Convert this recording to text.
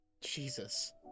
Jesus